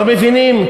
לא מבינים?